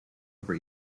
over